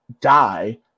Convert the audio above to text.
die